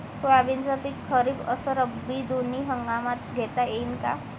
सोयाबीनचं पिक खरीप अस रब्बी दोनी हंगामात घेता येईन का?